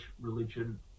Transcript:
religion